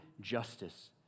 justice